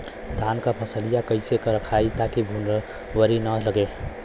धान क फसलिया कईसे रखाई ताकि भुवरी न लगे?